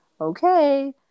okay